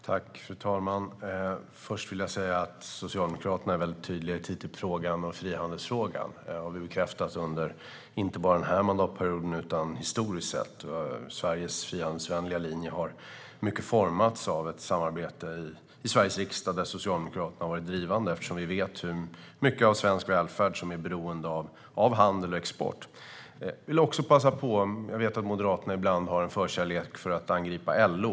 Fru talman! Först vill jag säga att Socialdemokraterna är väldigt tydliga i TTIP-frågan och frihandelsfrågan. Det har bekräftats inte bara under denna mandatperiod utan även historiskt sett. Sveriges frihandelsvänliga linje har i hög grad formats av ett samarbete i Sveriges riksdag där Socialdemokraterna har varit drivande eftersom vi vet hur mycket av svensk välfärd som är beroende av handel och export. Jag vet att Moderaterna ibland har en förkärlek för att angripa LO.